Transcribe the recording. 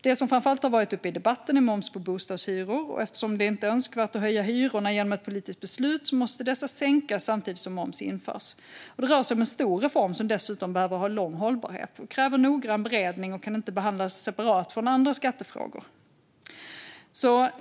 Det som framför allt har varit uppe i debatten är moms på bostadshyror, och eftersom det inte är önskvärt att höja hyrorna genom ett politiskt beslut måste dessa sänkas samtidigt som moms införs. Det rör sig om en stor reform som dessutom behöver ha lång hållbarhet. Detta kräver noggrann beredning och kan inte behandlas separat från andra skattefrågor.